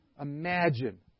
imagine